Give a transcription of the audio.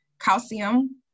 calcium